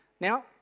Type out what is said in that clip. Now